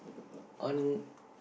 on